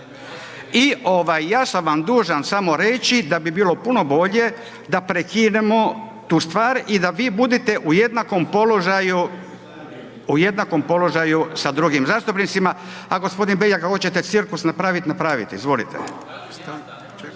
i ja sam vam dužan samo reći da bi bilo puno bolje da prekinemo tu stvar i da vi budete u jednakom položaju sa drugim zastupnicima, a g. Beljak ako hoćete cirkus napravit, napravite, izvolite.